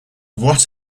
what